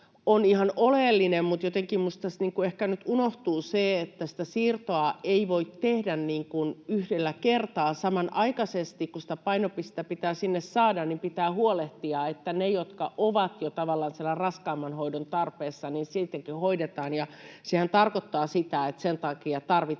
on ihan oleellinen. Mutta jotenkin minusta tässä ehkä nyt unohtuu se, että sitä siirtoa ei voi tehdä yhdellä kertaa. Samanaikaisesti kun sitä painopistettä pitää sinne saada, pitää huolehtia, että nekin, jotka ovat jo tavallaan siellä raskaamman hoidon tarpeessa, hoidetaan. Sehän tarkoittaa sitä, että sen takia tarvittaisiin